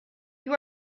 you